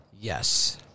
yes